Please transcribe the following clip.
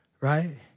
right